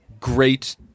great